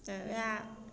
तऽ वएह